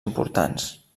importants